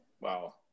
Wow